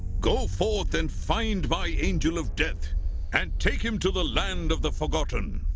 go forth and find my angel of death and take him to the land of the forgotten!